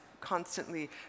constantly